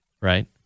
right